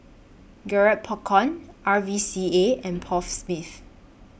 Garrett Popcorn R V C A and Paul Smith